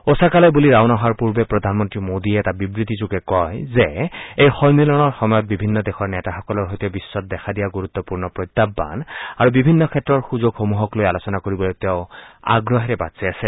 ওচাকালৈ বুলি ৰাওনা হোৱাৰ পূৰ্বে প্ৰধানমন্ত্ৰী মোদীয়ে এটা বিবৃতিযোগে কয় যে এই সম্মিলনৰ সময়ত বিভিন্ন দেশৰ নেতাসকলৰ সৈতে বিশ্বত দেখা দিয়া গুৰুত্বপূৰ্ণ প্ৰত্যাহান আৰু বিভিন্ন ক্ষেত্ৰৰ সুযোগসমূহক লৈ আলোচনা কৰিবলৈ তেওঁ আগ্ৰহেৰে বাট চাই আছে